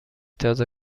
تازه